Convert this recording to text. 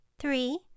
three